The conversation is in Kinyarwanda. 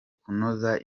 kunoza